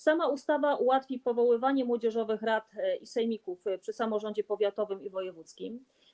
Sama ustawa ułatwi powoływanie młodzieżowych rad i sejmików przy samorządzie powiatowym i wojewódzkim.